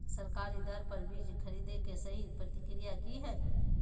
सरकारी दर पर बीज खरीदें के सही प्रक्रिया की हय?